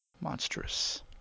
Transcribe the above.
monstrous